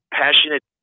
passionate